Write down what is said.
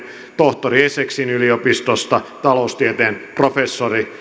tohtori essexin yliopistosta taloustieteen professori